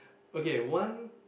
okay one